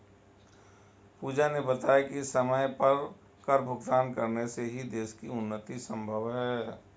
पूजा ने बताया कि समय पर कर भुगतान करने से ही देश की उन्नति संभव है